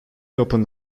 opened